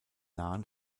nahen